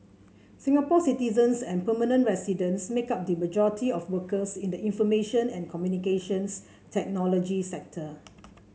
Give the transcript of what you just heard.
Singapore citizens and permanent residents make up the majority of workers in the information and Communications Technology sector